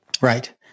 Right